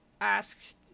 asked